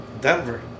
Denver